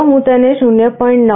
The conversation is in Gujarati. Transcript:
ચાલો હું તેને 0